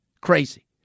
Crazy